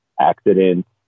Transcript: accidents